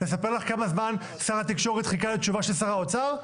לספר לך כמה זמן שר התקשורת חיכה לתשובה של שר האוצר?